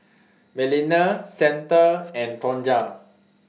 Melina Santa and Tonja